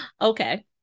Okay